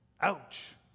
Ouch